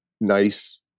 nice